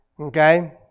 okay